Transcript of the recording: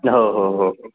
हो हो हो हो